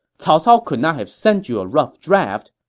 cao cao could not have sent you a rough draft,